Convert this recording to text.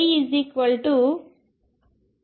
k1 2mE2